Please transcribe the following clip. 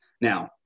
Now